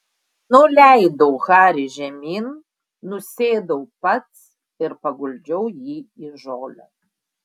nuleidau harį žemyn nusėdau pats ir paguldžiau jį į žolę